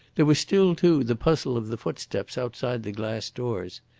there was still, too, the puzzle of the footsteps outside the glass doors.